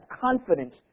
confidence